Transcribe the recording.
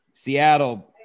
Seattle